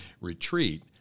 retreat